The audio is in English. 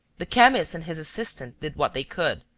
the chemist and his assistant did what they could.